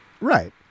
Right